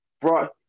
brought